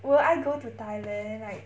will I go to Thailand like